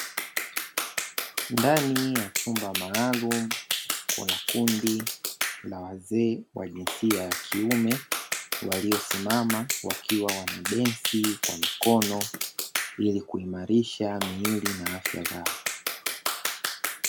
Ndani ya chumba maalumu, kuna kundi la wazee wa jinsia ya kiume waliosimama wakiwa wanadensi kwa mikono ili kuimarisha miili na afya zao.